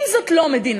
אם זאת לא מדינה,